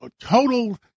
total